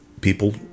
people